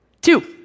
Two